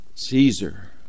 caesar